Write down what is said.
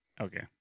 Okay